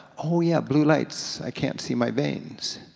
oh yeah, blue lights, i can't see my veins.